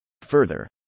Further